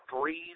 breathe